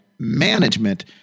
management